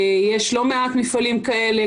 יש לא מעט מפעלים כאלה.